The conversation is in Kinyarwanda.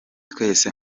twese